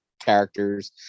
characters